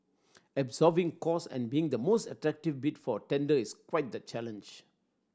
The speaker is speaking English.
absorbing cost and being the most attractive bid for a tender is quite the challenge